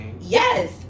yes